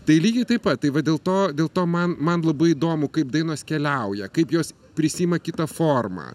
tai lygiai taip pat tai va dėl to dėl to man man labai įdomu kaip dainos keliauja kaip jos prisiima kitą formą